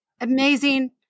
amazing